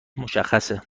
مشخصه